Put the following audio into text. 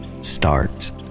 start